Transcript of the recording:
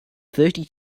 thirty